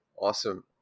Awesome